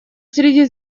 среди